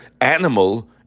animal